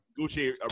Gucci